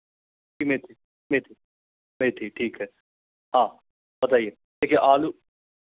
मेथी मेथी ठीक हैं हाँ बताइए देखिए आलू